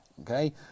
Okay